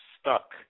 stuck